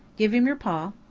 give him your paw.